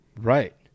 Right